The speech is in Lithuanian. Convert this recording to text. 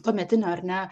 tuometinio ar ne